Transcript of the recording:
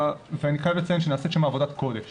ואני חייב לציין שנעשית שם עבודת קודש